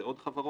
זה עוד חברות